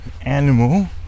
animal